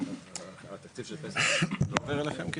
התקציב של פס"ח לא עובר אליכם?